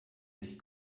sich